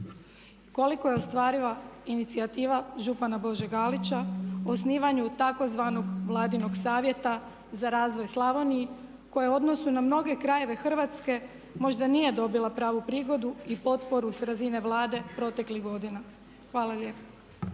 Koliko je ostvariva inicijativa župana Bože Galića, o osnivanju tzv. Vladinog savjeta za razvoj Slavoniji koja je u odnosu na mnoge krajeve Hrvatske možda nije dobila pravu prigodu i potporu s razine Vlade proteklih godina. Hvala lijepa.